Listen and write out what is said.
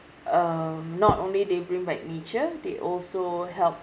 uh not only they bring back nature they also help